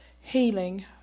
healing